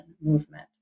movement